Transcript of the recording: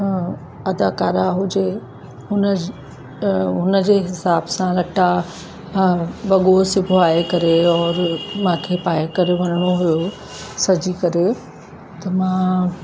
अदाकारा हुजे हुन हुनजे हिसाब सां लटा ऐं वॻो सिबाए करे मांखे पाए करे वञिणो हुओ सजी करे त मां